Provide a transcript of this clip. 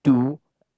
to